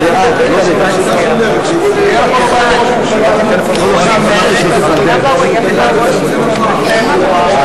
הצעת סיעות העבודה מרצ להביע אי-אמון בממשלה לא נתקבלה.